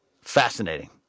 Fascinating